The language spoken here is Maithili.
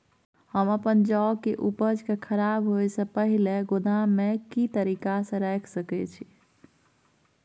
हम अपन जौ के उपज के खराब होय सो पहिले गोदाम में के तरीका से रैख सके छी?